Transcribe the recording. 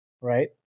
right